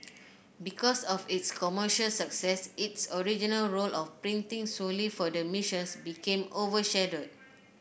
because of its commercial success its original role of printing solely for the missions became overshadow